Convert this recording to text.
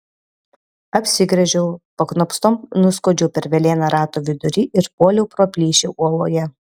apsigręžiau paknopstom nuskuodžiau per velėną rato vidury ir puoliau pro plyšį uoloje